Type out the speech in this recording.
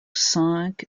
cinq